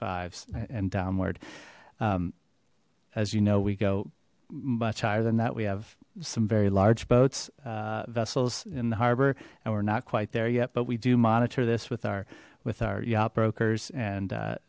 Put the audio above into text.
five and downward as you know we go much higher than that we have some very large boats vessels in the harbor and we're not quite there yet but we do monitor this with our with our yacht brokers and